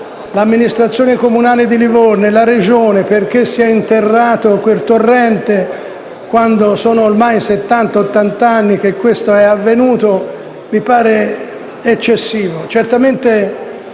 l'amministrazione comunale di Livorno e la Regione, del perché si è interrato quel torrente, quando sono ormai settanta o ottanta anni che questo è avvenuto, mi pare eccessivo. Certamente,